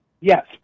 Yes